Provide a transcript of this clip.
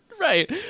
Right